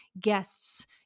guest's